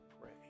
pray